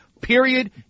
period